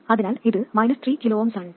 അതിനാൽ ഇത് 3 kΩ ആണ്